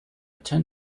tend